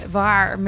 waar